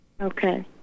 Okay